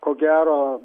ko gero